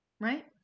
right